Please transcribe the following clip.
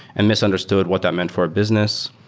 and misunderstood what that meant for a business.